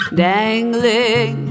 dangling